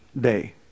day